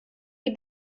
die